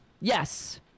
Yes